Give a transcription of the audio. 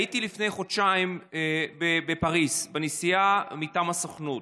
הייתי לפני חודשיים בפריז בנסיעה מטעם הסוכנות.